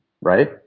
right